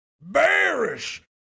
bearish